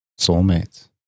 soulmates